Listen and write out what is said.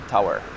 tower